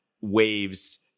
waves